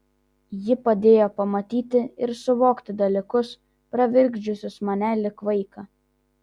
ji padėjo pamatyti ir suvokti dalykus pravirkdžiusius mane lyg vaiką